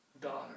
daughter